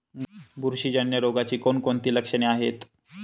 बुरशीजन्य रोगाची कोणकोणती लक्षणे आहेत?